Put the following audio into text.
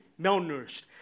malnourished